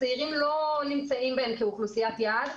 הצעירים לא נמצאים בהן כאוכלוסיית יעד.